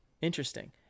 Interesting